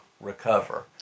recover